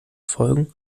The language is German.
folgen